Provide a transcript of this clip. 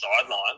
sideline